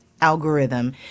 algorithm